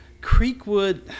Creekwood